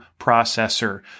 processor